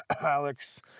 Alex